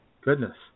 Goodness